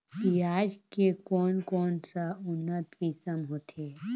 पियाज के कोन कोन सा उन्नत किसम होथे?